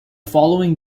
following